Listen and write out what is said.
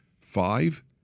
Five